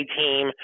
team